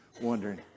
wondering